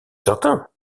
certain